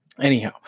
Anyhow